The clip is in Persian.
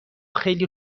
خیلی